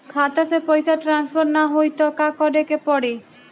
खाता से पैसा ट्रासर्फर न होई त का करे के पड़ी?